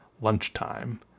lunchtime